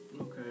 Okay